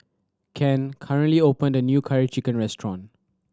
can Ken recently opened a new Curry Chicken restaurant